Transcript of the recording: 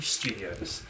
Studios